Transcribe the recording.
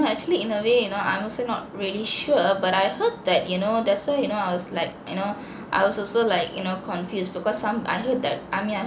actually in a way you know I'm also not really sure but I heard that you know that's why you know I was like you know I was also like you know confused because some I heard that I mean I